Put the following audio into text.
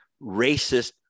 racist